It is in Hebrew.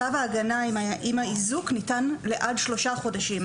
צו ההגנה עם האיזוק ניתן לעד שלושה חודשים.